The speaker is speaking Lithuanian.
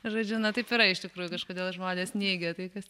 žodžiu na taip yra iš tikrųjų kažkodėl žmonės neigia tai kas